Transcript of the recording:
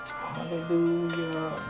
hallelujah